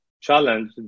challenge